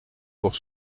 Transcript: pour